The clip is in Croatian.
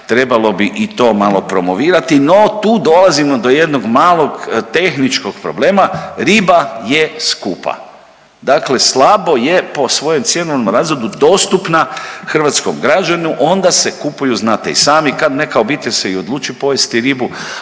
trebalo bi i to malo promovirati, no tu dolazimo do jednog malog tehničkog problema, riba je skupa, dakle slabo je po svojem cjenovnom …/Govornik se ne razumije/… dostupna hrvatskom građaninu, onda se kupuju znate i sami kad neka obitelj se i odluči pojesti ribu